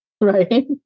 Right